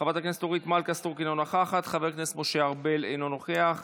חבר הכנסת חיים ביטון, אינו נוכח,